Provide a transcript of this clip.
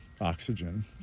oxygen